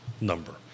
number